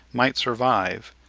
might survive,